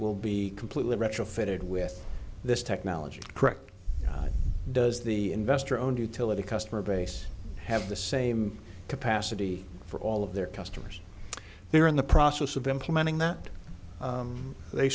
will be completely retrofitted with this technology correct does the investor owned utility customer base have the same capacity for all of their customers they are in the process of implementing that they